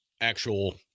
actual